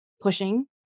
pushing